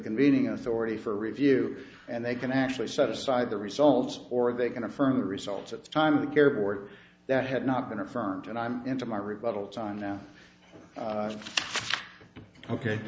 convening authority for review and they can actually set aside the results or they can affirm the results at the time of the care board that had not been affirmed and i'm into my rebuttal time now